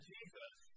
Jesus